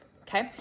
Okay